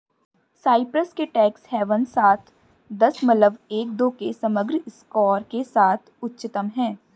Cyprus के tax havens सात दशमलव एक दो के समग्र स्कोर के साथ उच्चतम हैं